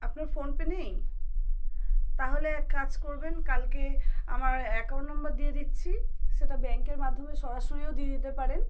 আপনার ফোনপে নেই তাহলে এক কাজ করবেন কালকে আমার অ্যাকাউন্ট নম্বর দিয়ে দিচ্ছি সেটা ব্যাংকের মাধ্যমে সরাসরিও দিয়ে দিতে পারেন